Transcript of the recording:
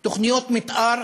תוכניות מתאר